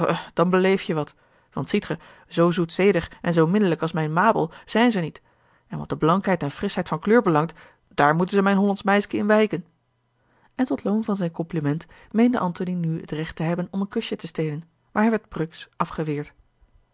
dan beleef je wat want ziet ge zoo zoetzedig en zoo minnelijk als mijne mabel zijn ze niet en wat de blankheid en frisch heid van kleur belangt daar moeten ze mijn hollandsch meiske in wijken en tot loon van zijn compliment meende antony nu het recht te hebben om een kusje te stelen maar hij werd